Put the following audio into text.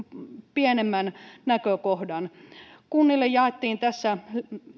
pienemmän näkökohdan kunnille jaettiin tässä